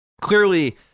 clearly